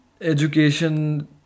education